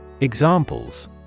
Examples